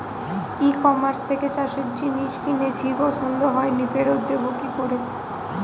ই কমার্সের থেকে চাষের জিনিস কিনেছি পছন্দ হয়নি ফেরত দেব কী করে?